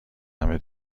همه